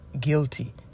Guilty